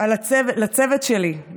לצוות שלי,